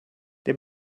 det